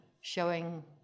showing